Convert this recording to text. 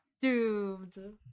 doomed